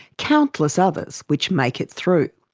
countless others which make it through.